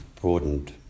broadened